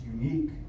unique